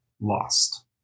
lost